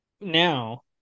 now